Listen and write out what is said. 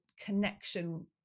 connection